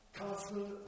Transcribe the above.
castle